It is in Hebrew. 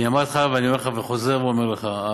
אמרתי לך ואני חוזר ואומר לך: